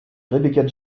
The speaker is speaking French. rebecca